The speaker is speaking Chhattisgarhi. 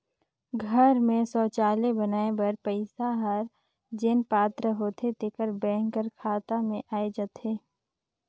घर में सउचालय बनाए बर पइसा हर जेन पात्र होथे तेकर बेंक कर खाता में आए जाथे